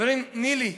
חברים, ניל"י,